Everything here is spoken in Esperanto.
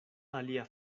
alia